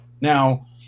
Now